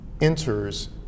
enters